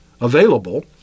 available